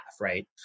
right